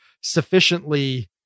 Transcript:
sufficiently